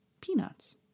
Peanuts